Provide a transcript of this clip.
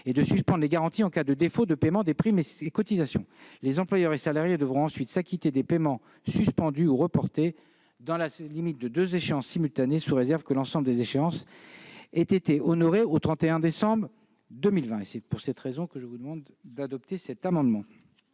et de suspendre les garanties en cas de défaut de paiement des primes et cotisations. Les employeurs et salariés devront ensuite s'acquitter des paiements suspendus ou reportés dans la limite de deux échéances simultanées, sous réserve que l'ensemble des échéances aient été honorées au 31 décembre 2020. Quel est l'avis de la commission des affaires